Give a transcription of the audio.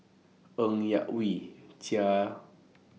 Ng Yak Whee Chia